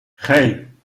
hey